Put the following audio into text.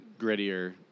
grittier